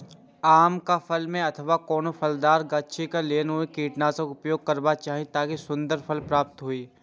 आम क फल में अथवा कोनो फलदार गाछि क लेल कोन कीटनाशक प्रयोग करबाक चाही ताकि सुन्दर फल प्राप्त हुऐ?